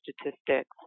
statistics